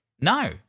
No